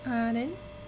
ah then